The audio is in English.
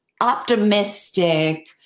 optimistic